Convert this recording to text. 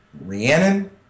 Rhiannon